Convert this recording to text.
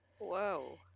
Whoa